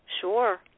Sure